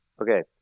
Okay